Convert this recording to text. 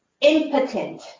Impotent